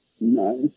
Nice